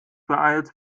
beeilst